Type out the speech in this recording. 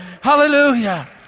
hallelujah